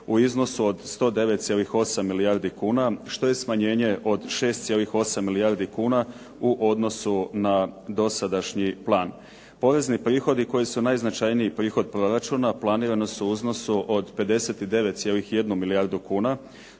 u iznosu od 109,8 milijardi kuna, što je smanjenje od 6,8 milijardi kuna u odnosu na dosadašnji plan. Porezni prihodi koji su najznačajniji prihod proračuna planirani su u iznosu od 59,1 milijardu kuna